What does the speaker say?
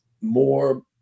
more